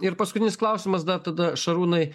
ir paskutinis klausimas dar tada šarūnai